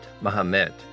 Muhammad